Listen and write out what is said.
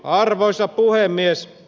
arvoisa puhemies